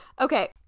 okay